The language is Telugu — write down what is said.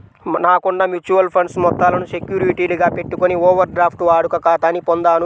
నాకున్న మ్యూచువల్ ఫండ్స్ మొత్తాలను సెక్యూరిటీలుగా పెట్టుకొని ఓవర్ డ్రాఫ్ట్ వాడుక ఖాతాని పొందాను